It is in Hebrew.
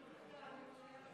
(הוראת שעה לעניין מינוי נאמן,